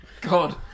God